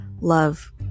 love